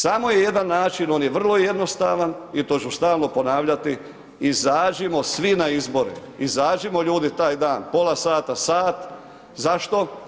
Samo je jedan način, on je vrlo jednostavan i to ću stalno ponavljati, izađimo svi na izbore, izađimo ljudi taj dan, pola sata, sat, zašto?